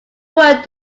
world